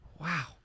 Wow